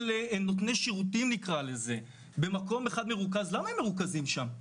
נוני שירותים במקום אחד מרוכז למה הם מרוכזים שם?